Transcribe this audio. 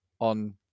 on